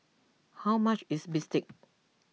how much is Bistake